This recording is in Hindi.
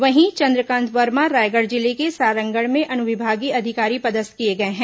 वहीं चंद्रकांत वर्मा रायगढ़ जिले के सारंगढ़ में अनुविभागीय अधिकारी पदस्थ किए गए हैं